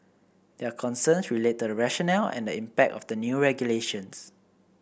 their concerns relate to the rationale and the impact of the new regulations